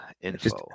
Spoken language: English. Info